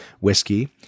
whiskey